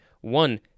one